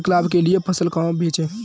अधिक लाभ के लिए फसल कहाँ बेचें?